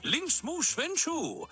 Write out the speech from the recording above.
linksmų švenčių